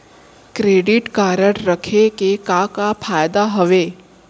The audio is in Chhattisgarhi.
क्रेडिट कारड रखे के का का फायदा हवे?